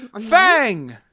Fang